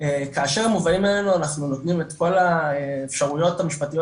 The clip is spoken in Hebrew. כאשר הם מובאים אלינו אנחנו נותנים את כל האפשרויות המשפטיות